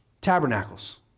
tabernacles